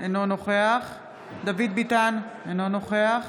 אינו נוכח דוד ביטן, אינו נוכח